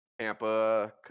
Tampa